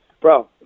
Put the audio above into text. Bro